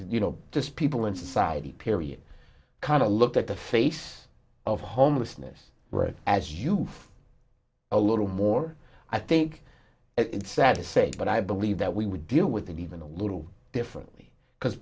you know the people inside the period kind of look at the face of homelessness right as you a little more i think it's sad to say but i believe that we would deal with it even a little differently because